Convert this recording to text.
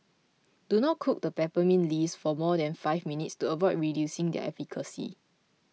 do not cook the peppermint leaves for more than five minutes to avoid reducing their efficacy